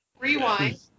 rewind